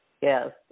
Yes